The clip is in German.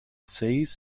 essays